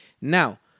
Now